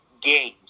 games